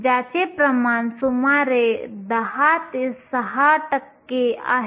त्याचे प्रमाण सुमारे 10 6 आहे